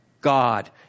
God